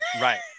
Right